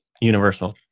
Universal